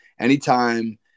Anytime